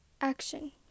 Action